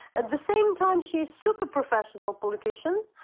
at the same time, she is super professional politician.